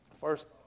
first